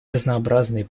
разнообразные